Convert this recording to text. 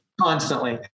constantly